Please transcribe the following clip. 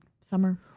summer